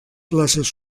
classes